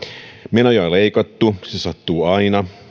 menoja on leikattu se sattuu aina